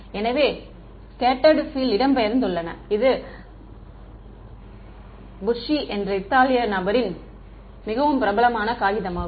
எனவே scattered field இடம்பெயர்ந்துள்ளன இது bucci என்ற இத்தாலிய நபரின் மிகவும் பிரபலமான காகிதமாகும்